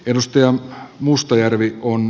edustajan mustajärvi on